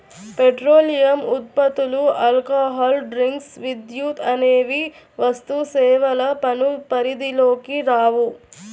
petroleum ఉత్పత్తులు, alcohol drinks, విద్యుత్ అనేవి వస్తుసేవల పన్ను పరిధిలోకి రావు